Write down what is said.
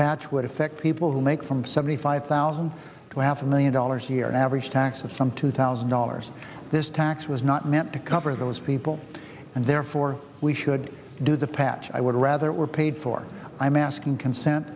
patch would affect people who make from seventy five thousand to half a million dollars a year average tax of some two thousand dollars this tax was not meant to cover those people and therefore we should do the patch i would rather it were paid for i'm asking consent